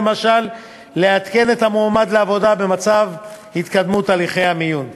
למשל לעדכן את המועמד לעבודה במצב התקדמות הליכי המיון.